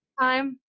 time